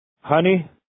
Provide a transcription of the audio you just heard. honey